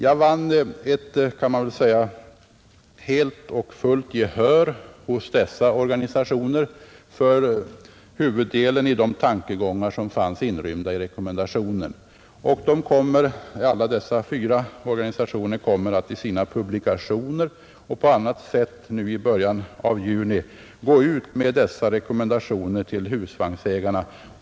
Man kan säga att jag då vann fullt gehör hos dessa organisationer för huvuddelen av de tankegångar som finns inrymda i rekommendationerna, och alla fyra organisationerna kommer i början av juni att i sina publikationer och på annat sätt gå ut med dessa rekommendationer till husvagnsägarna.